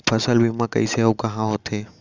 फसल बीमा कइसे अऊ कहाँ होथे?